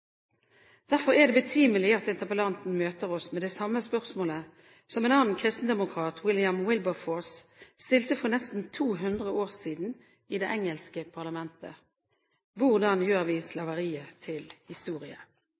Derfor er det betimelig at interpellanten møter oss med det samme spørsmålet som en annen kristendemokrat, William Wilberforce, stilte for nesten 200 år siden i det engelske parlamentet: Hvordan gjør vi slaveriet til historie?